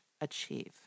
achieve